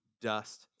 dust